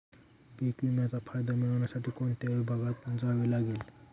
पीक विम्याचा फायदा मिळविण्यासाठी कोणत्या विभागात जावे लागते?